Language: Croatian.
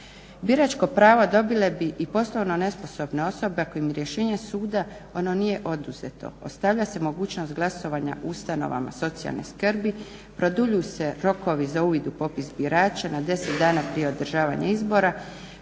Biračko pravo dobile bi i poslovno nesposobne osobe ako im rješenjem suda ono nije oduzeto. Ostavlja se mogućnost glasovanja u ustanovama socijalne skrbi, produljuju se rokovi za uvid u popis birača na 10 dana prije održavanja izbora,